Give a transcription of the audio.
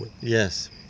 Yes